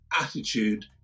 attitude